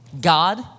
God